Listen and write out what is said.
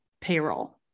payroll